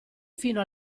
fino